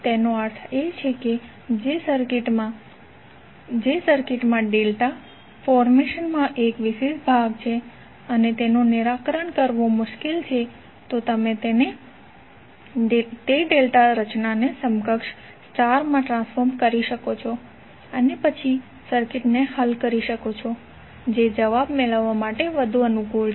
તેનો અર્થ એ છે કે જે સર્કિટમાં ડેલ્ટા ફોર્મેશન માં 1 વિશેષ ભાગ છે અને તેનું નિરાકરણ કરવું મુશ્કેલ છે તમે તે ડેલ્ટા રચનાને સમકક્ષ સ્ટાર માં ટ્રાન્સફોર્મ કરી શકો છો અને પછી તમે સર્કિટને હલ કરી શકો છો જે જવાબ મેળવવા માટે વધુ અનુકૂળ છે